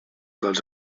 dels